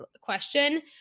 question